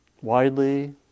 widely